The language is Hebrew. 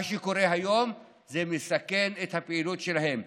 מה שקורה היום, זה מסכן את הפעילות שלהם.